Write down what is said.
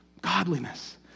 Godliness